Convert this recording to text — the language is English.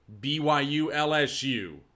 BYU-LSU